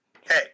hey